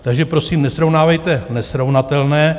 Takže prosím, nesrovnávejte nesrovnatelné.